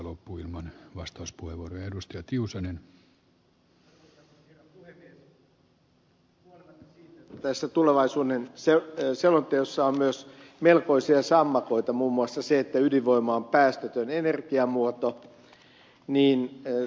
huolimatta siitä että tässä tulevaisuuden selonteossa on myös melkoisia sammakoita muun muassa se että ydinvoima on päästötön energiamuoto niin totean ed